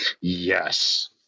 Yes